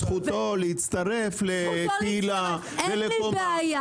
זכותו להצטרף לקהילה ולקומה.